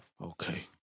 Okay